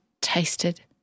tasted